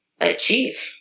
achieve